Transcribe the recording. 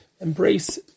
embrace